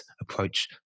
approach